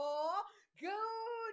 Good